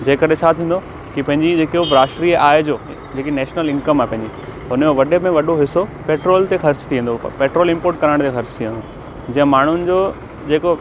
जंहिं करे छा थींदो की पंहिंजी जेको राष्ट्रीअ आय जो जेकी नेशनल इंकम आहे पंहिंजी उन जो वॾे में वॾो हिसो पेट्रोल ते ख़र्च थी वेंदो पेट्रोल इंपोर्ट कराइण में ख़र्च थी वेंदो जंहिं माण्हुनि जो जेको